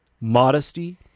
modesty